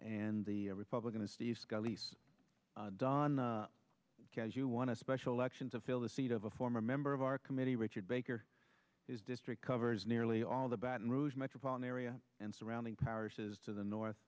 and the republican steve scully's don as you want to special election to fill the seat of a former member of our committee richard baker is district covers nearly all the baton rouge metropolitan area and surrounding parishes to the north